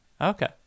Okay